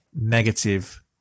negative